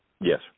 Yes